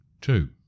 Two